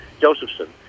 Josephson